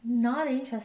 not interested